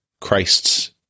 Christ's